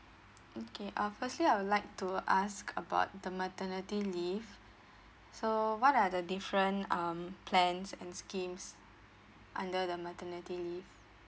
okay uh firstly I would like to ask about the maternity leave so what are the different um plans and schemes under the maternity leave